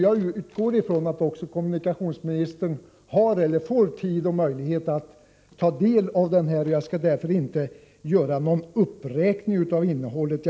Jag utgår från att också kommunikationsministern har eller får tid och möjlighet att ta del av denna, och jag skall därför inte göra någon uppräkning av innehållet.